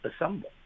assemble